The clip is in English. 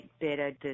better